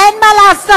אין מה לעשות,